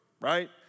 right